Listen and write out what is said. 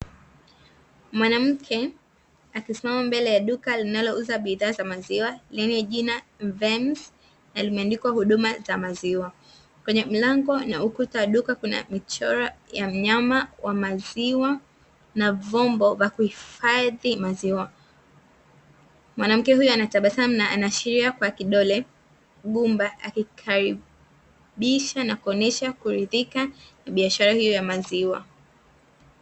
Mwanamke akisimama mbele ya duka linalouza bidhaa za maziwa lenye jina "mvensi" na limeandikwa huduma za maziwa, kwenye mlango na ukuta wa duka kuna mchoro wa mnyama wa maziwa na vyombo vya kuhifadhi maziwa. Mwanamke huyo anatabasamu na anaashiria kwa kidole gumba akikaribisha na kuonyesha kuridhika na biashara hiyo ya maziwa.